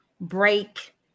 break